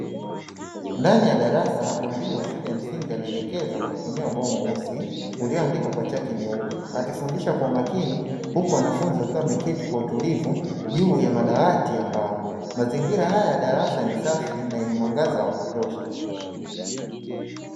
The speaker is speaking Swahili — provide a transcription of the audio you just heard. Ndani ya darasa, mwalimu wa shule ya msingi anaelekeza kwa kutumia ubao mweusi ulioandikwa kwa chaki nyeupe, akifundisha kwa makini huku wanafunzi wakiwa wameketi kwa utulivu juu ya madawati. Mazingira haya ya darasani ni safi na yenye mwangaza wa kutosha.